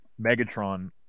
Megatron